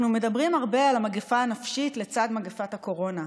אנחנו מדברים הרבה על המגפה הנפשית לצד מגפת הקורונה.